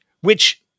Which-